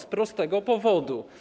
Z prostego powodu.